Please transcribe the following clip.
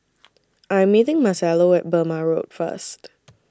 I Am meeting Marcelo At Burmah Road First